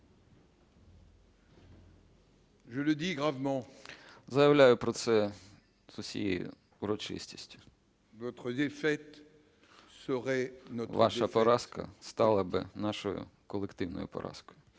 Заявляю про це з усією урочистістю. Ваша поразка стала би нашою колективною поразкою.